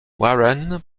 warren